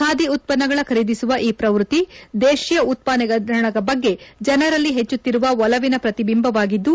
ಬಾದಿ ಉತ್ತನ್ನಗಳ ಖರೀದಿಸುವ ಈ ಪ್ರವೃತ್ತಿ ದೇಶೀಯ ಉತ್ಪಾದನೆಗಳ ಬಗ್ಗೆ ಜನರಲ್ಲಿ ಹೆಚ್ಚುತ್ತಿರುವ ಒಲವಿನ ಪ್ರತಿಬಿಂಬವಾಗಿದ್ದು